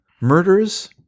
murders